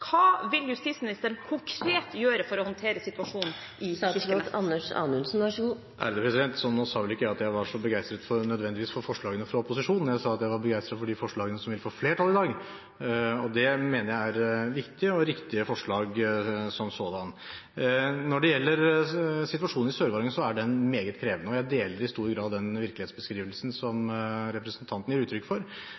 Hva vil justisministeren konkret gjøre for å håndtere situasjonen i Kirkenes? Nå sa vel ikke jeg at jeg nødvendigvis var så begeistret for forslagene fra opposisjonen. Jeg sa at jeg var begeistret for de forslagene som vil få flertall i dag, og det mener jeg er viktige og riktige forslag som sådanne. Når det gjelder situasjonen i Sør-Varanger, er den meget krevende, og jeg deler i stor grad den virkelighetsbeskrivelsen som representanten gir uttrykk for.